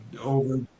over